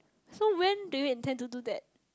so when do you intend to do that